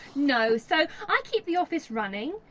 no, so i keep the office running,